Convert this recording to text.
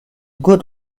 good